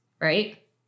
right